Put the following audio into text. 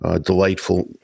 delightful